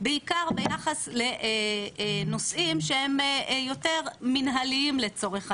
בעיקר ליחס לנושאים שהם יותר מנהליים לצורך העניין.